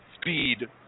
speed